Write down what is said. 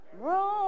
Room